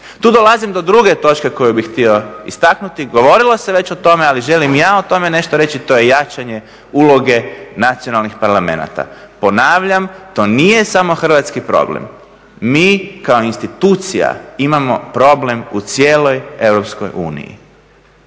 Tu dolazim do druge točke koju bih htio istaknuti. Govorilo se već o tome, ali želim i ja o tome nešto reći, to je jačanje uloge nacionalnih parlamenata. Ponavljam, to nije samo hrvatski problem. Mi kao institucija imamo problem u cijeloj